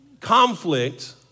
conflict